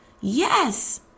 Yes